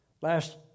Last